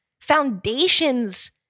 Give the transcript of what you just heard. Foundations